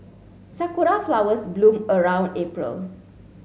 sakura flowers bloom around April